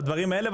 לדברים האלה,